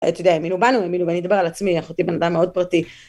אתה יודע, האמינו בנו, האמינו ואני אדבר על עצמי, אחותי בן אדם מאוד פרטי.